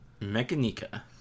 *Mechanica*